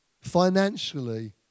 financially